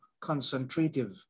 concentrative